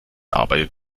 arbeitet